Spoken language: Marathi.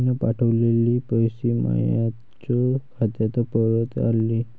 मीन पावठवलेले पैसे मायाच खात्यात परत आले